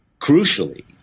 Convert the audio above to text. crucially